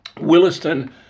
Williston